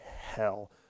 hell